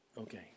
Okay